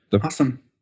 Awesome